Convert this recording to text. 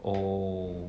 oh